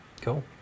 Cool